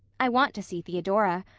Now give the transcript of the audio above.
i want to see theodora.